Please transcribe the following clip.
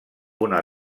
una